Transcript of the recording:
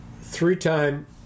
three-time